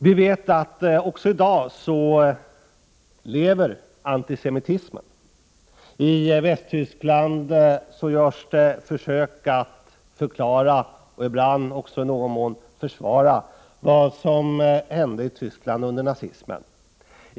Vi vet att antisemitismen lever också i dag. I Västtyskland görs det försök att förklara och ibland i någon mån försvara det som hände i Tyskland under nazismen.